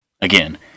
Again